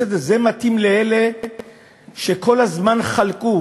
בסדר, זה מתאים לאלה שכל הזמן חלקו